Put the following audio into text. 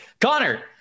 Connor